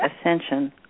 ascension